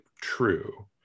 true